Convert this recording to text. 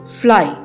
fly